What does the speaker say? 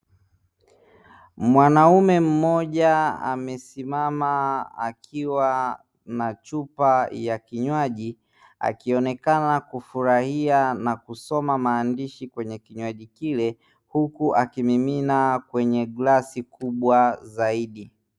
Mwanaume mmoja amesimama akiwa na chupa ya kinywaji akionekana kufurahia, na kusoma maandishi kwenye kinywaji kile huku akimimina kwenye glasi kubwa zaidi.